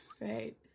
Right